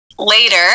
Later